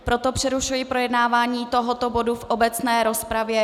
Proto přerušuji projednávání tohoto bodu v obecné rozpravě.